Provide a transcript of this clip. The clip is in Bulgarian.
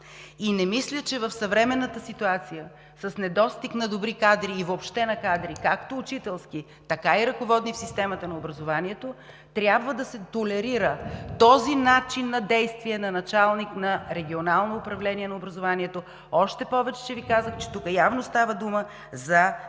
И не мисля, че в съвременната ситуация с недостиг на добри кадри и въобще на кадри както учителски, така и ръководни в системата на образованието, трябва да се толерира този начин на действие на началник на регионално управление на образованието, още повече че Ви казах, че тук явно става дума за двоен